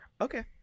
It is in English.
Okay